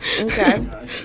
Okay